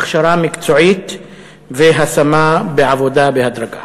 הכשרה מקצועית והשמה בעבודה בהדרגה.